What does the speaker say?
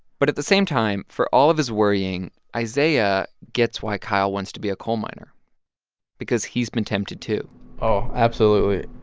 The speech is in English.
but at the same time, for all of his worrying, isaiah gets why kyle wants to be a coal miner because he's been tempted, too oh, absolutely.